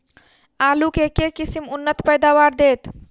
आलु केँ के किसिम उन्नत पैदावार देत?